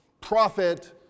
profit